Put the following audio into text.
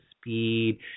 speed